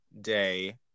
Day